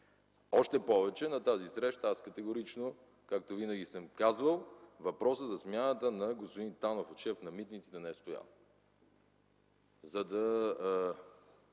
Още повече на тази среща – аз категорично, както винаги съм казвал – въпросът за смяната на господин Танов, от шеф на митниците, не е стоял,